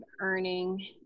earning